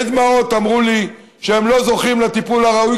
שבדמעות אמרו לי שהם לא זוכים לטיפול הראוי